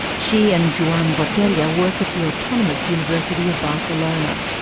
she and joan botella work at the autonomous university of barcelona.